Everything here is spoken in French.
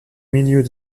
milieu